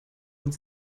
und